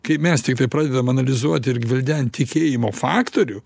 kai mes tiktai pradedam analizuoti ir gvildenti tikėjimo faktorių